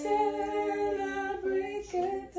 Celebration